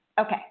Okay